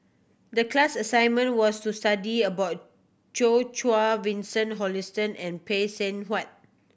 the class assignment was to study about Jo Chua Vincent Hoisington and Phay Seng Whatt